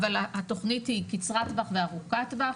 אבל התוכנית היא קצרת טווח וארוכת טווח,